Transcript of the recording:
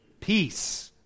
peace